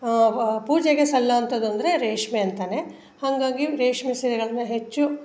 ಪೂಜೆಗೆ ಸಲ್ಲೋ ಅಂಥದ್ದು ಅಂದರೆ ರೇಷ್ಮೆ ಅಂತಲೇ ಹಾಗಾಗಿ ರೇಷ್ಮೆ ಸೀರೆಗಳನ್ನ ಹೆಚ್ಚು